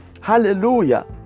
Hallelujah